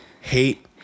hate